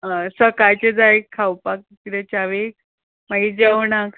हय सकाळचें जाय खावपाक कितें चावेक मागीर जेवणाक